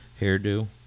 hairdo